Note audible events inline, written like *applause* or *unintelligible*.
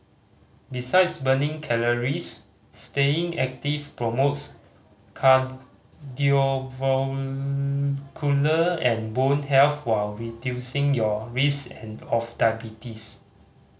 besides burning calories staying active promotes *unintelligible* and bone health while reducing your risk and of diabetes